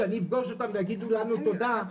שאני אפגוש אותם ויגידו לי תודה,